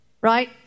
Right